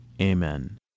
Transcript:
Amen